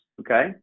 okay